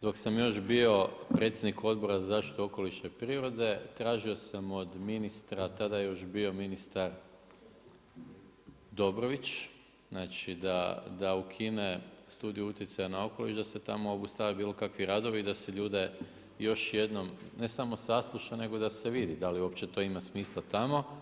dok sam još bio predsjednik Odbora za zaštitu okoliša i prirode, tražio sam od ministra, tada je još bio ministar Dobrović da ukine studiju utjecaja na okoliš, da se tamo obustave bilo kakvi radovi, da se ljude još jednom ne samo sasluša nego da se vidi da li uopće to ima smisla tamo.